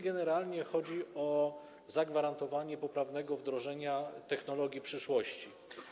Generalnie chodzi o zagwarantowanie poprawnego wdrożenia technologii przyszłości.